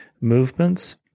movements